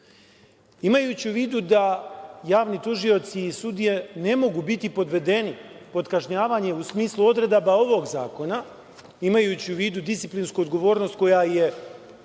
u vidu da javni tužioci i sudije ne mogu biti podvedeni pod kažnjavanje u smislu odredaba ovog zakona, imajući u vidu disciplinsku odgovornost koja je